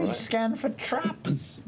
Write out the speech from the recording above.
scan for traps?